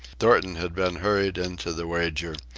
thornton had been hurried into the wager,